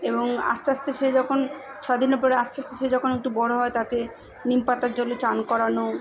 এবং আস্তে আস্তে সে যখন ছ দিন পরে আস্তে আস্তে সে যখন একটু বড় হয় তাকে নিম পাতার জলে স্নান করানো